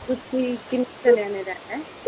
ਤੁਸੀਂ ਕਿੰਨੇ ਜਣਿਆ ਨੇ ਰਹਿਣਾ